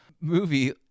movie